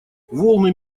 волны